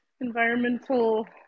environmental